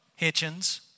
Hitchens